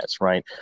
right